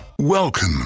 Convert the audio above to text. Welcome